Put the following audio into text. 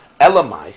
Elamai